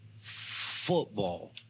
football